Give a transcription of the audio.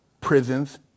prisons